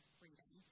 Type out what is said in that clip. freedom